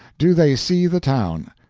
do they see the town.